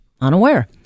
unaware